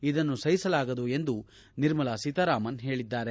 ಇದನ್ನು ಸಹಿಲಾಗದು ಎಂದು ನಿರ್ಮಲಾ ಸೀತಾರಾಮನ್ ಹೇಳಿದ್ದಾರೆ